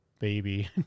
baby